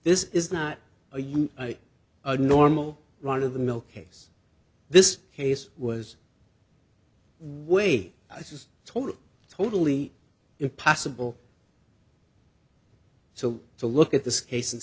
this is not are you a normal run of the mill case this case was way i just totally totally impossible so to look at this case and